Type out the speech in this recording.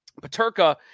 Paterka